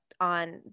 on